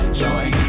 join